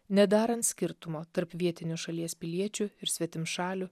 nedarant skirtumo tarp vietinių šalies piliečių ir svetimšalių